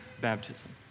baptism